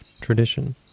tradition